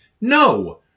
No